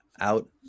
out